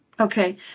okay